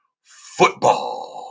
football